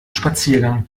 spaziergang